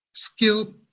skill